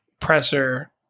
presser